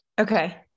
okay